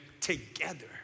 together